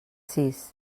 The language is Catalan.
sis